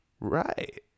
right